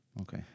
Okay